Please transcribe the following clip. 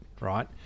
Right